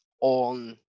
on